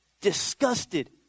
Disgusted